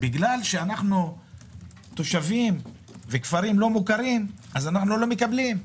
בגלל שאנחנו תושבים וכפרים לא מוכרים אז אנחנו לא מקבלים.